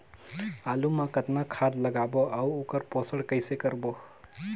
आलू मा कतना खाद लगाबो अउ ओकर पोषण कइसे करबो?